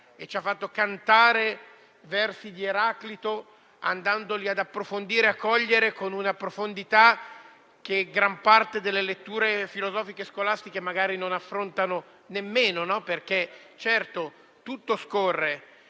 ci ha fatto cantare versi di Eraclito andando ad approfondirli e a coglierli con una profondità che gran parte delle letture filosofiche scolastiche magari non affronta nemmeno, perché, certo, tutto scorre,